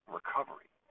recovery